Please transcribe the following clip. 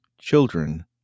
children